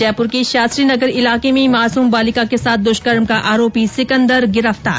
जयप्र के शास्त्री नगर ईलाके में मासूम बालिका के साथ द्वष्कर्म का आरोपी सिकन्दर गिरफ्तार